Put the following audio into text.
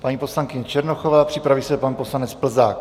Paní poslankyně Černochová, připraví se pan poslanec Plzák.